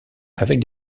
avec